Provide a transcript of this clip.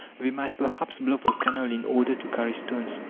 they might perhaps block the canal in order to carry stones,